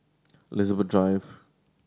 Elizabeth Drive